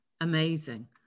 amazing